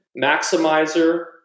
maximizer